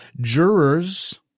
jurors